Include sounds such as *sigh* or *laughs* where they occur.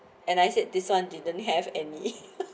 and I said this one didn't have any *laughs*